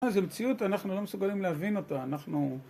אז המציאות אנחנו לא מסוגלים להבין אותה, אנחנו...